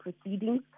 proceedings